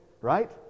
right